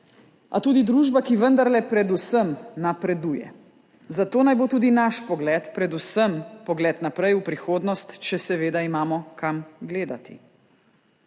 a tudi družba, ki vendarle predvsem napreduje. Zato naj bo tudi naš pogled predvsem pogled naprej v prihodnost, če seveda imamo kam gledati.